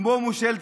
כמו מושל צבאי,